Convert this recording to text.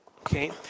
Okay